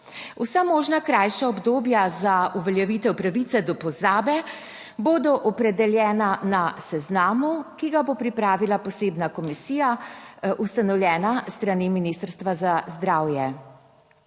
Vsa možna krajša obdobja za uveljavitev pravice do pozabe bodo opredeljena na seznamu, ki ga bo pripravila posebna komisija, ustanovljena s strani Ministrstva za zdravje.